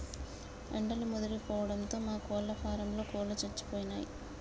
ఎండలు ముదిరిపోవడంతో మా కోళ్ళ ఫారంలో కోళ్ళు సచ్చిపోయినయ్